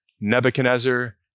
Nebuchadnezzar